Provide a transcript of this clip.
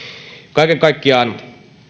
kaiken kaikkiaan